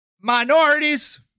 minorities